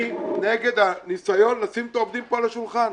אני נגד הניסיון לשים פה את העובדים על השולחן.